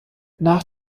nach